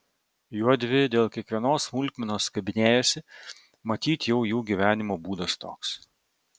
juodvi dėl kiekvienos smulkmenos kabinėjasi matyt jau jų gyvenimo būdas toks